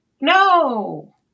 no